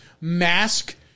mask